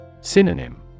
Synonym